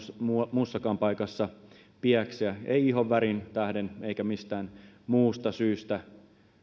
muussakaan paikassa pieksää ei ihonvärin tähden eikä mistään muusta syystä